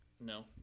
No